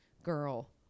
Girl